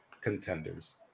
contenders